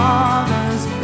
Father's